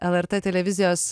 lrt televizijos